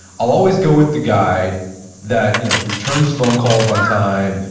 i'll always go with the guy that you know returns phone calls on time,